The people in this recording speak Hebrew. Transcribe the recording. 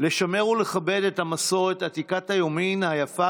לשמר ולכבד את המסורת עתיקת היומין היפה